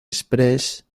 express